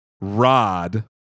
Rod